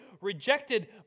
rejected